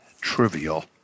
trivial